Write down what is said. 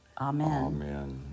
Amen